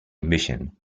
mission